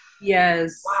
yes